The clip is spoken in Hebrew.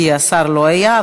כי השר לא היה,